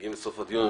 מגיעים לסוף הדיון.